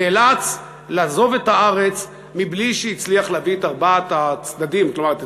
נאלץ לעזוב את הארץ בלי שהצליח להביא את ארבעת הצדדים כלומר,